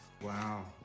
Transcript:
Wow